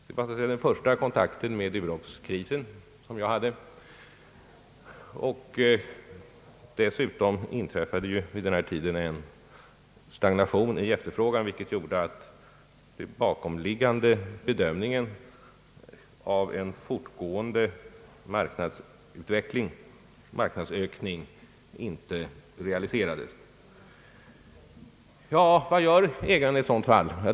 Det var så att säga den första kontakt jag hade med Duroxkrisen. Dessutom inträffade vid den tiden en stagnation i efterfrågan, vilket gjorde att den bakomliggande bedömningen av en fortgående marknadsökning inte reaiiserades. Vad gör ägaren i ett sådant fall?